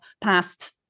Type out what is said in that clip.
past